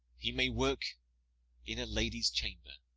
he may work in a lady's chamber,